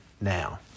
now